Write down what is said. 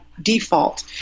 default